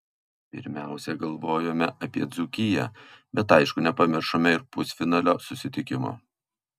pirmiausia galvojome apie dzūkiją bet aišku nepamiršome ir pusfinalio susitikimo